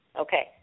Okay